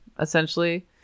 essentially